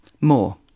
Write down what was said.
More